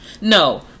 No